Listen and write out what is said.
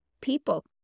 people